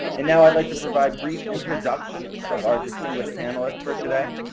and now, i'd like to provide brief introductions of our distinguished panelists for today.